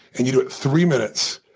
and you do it three minutes,